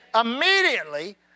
Immediately